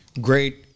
great